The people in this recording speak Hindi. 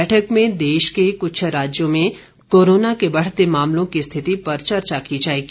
बैठक में देश के कुछ राज्यों में कोरोना के बढते मामलों की स्थिति पर चर्चा की जाएगी